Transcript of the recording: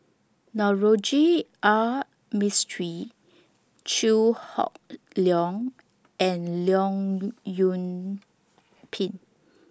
Navroji R Mistri Chew Hock Leong and Leong Yoon Pin